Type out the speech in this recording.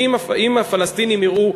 שאם הפלסטינים יראו,